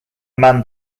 man